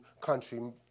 country